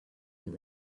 you